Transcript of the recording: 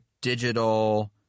digital